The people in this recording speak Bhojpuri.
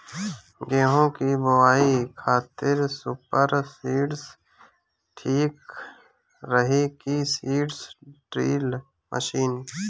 गेहूँ की बोआई खातिर सुपर सीडर ठीक रही की सीड ड्रिल मशीन?